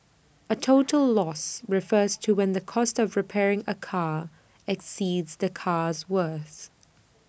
A total loss refers to when the cost of repairing A car exceeds the car's worth